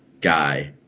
guy